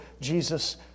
Jesus